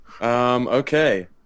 Okay